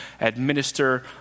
administer